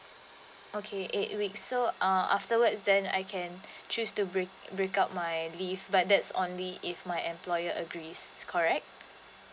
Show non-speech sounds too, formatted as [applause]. okay eight weeks so uh afterwards then I can [breath] choose to break break up my leave but that's only if my employer agrees correct